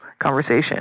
conversation